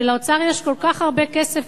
אם לאוצר יש כל כך הרבה כסף,